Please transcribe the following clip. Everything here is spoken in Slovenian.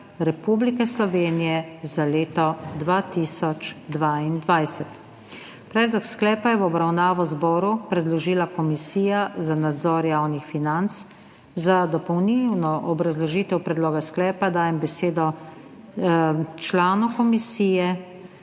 REPUBLIKE SLOVENIJE ZA LETO 2022. Predlog sklepa je v obravnavo zboru predložila Komisija za nadzor javnih financ. Za dopolnilno obrazložitev predloga sklepa dajem besedo članu komisije